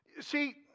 See